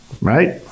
right